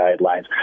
guidelines